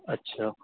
अच्छा